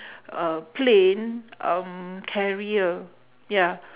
uh plane um carrier ya